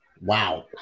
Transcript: Wow